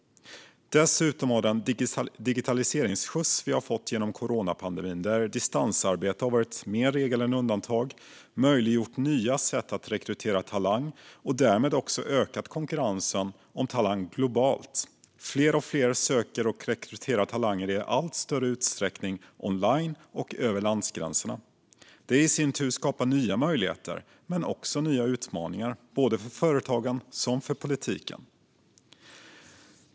Dessutom har den digitaliseringsskjuts som vi har fått genom coronapandemin, där distansarbete varit mer regel än undantag, möjliggjort nya sätt att rekrytera talang och därmed också ökat konkurrensen om talang globalt. Fler och fler söker och rekryterar talanger i allt större utsträckning online och över landsgränserna. Det i sin tur skapar nya möjligheter men också nya utmaningar både för företagen och för politiken.